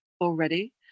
already